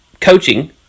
coaching